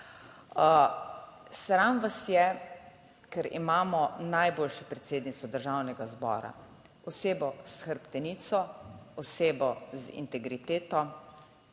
Sram vas je, ker imamo najboljšo predsednico Državnega zbora, osebo s hrbtenico, osebo z integriteto,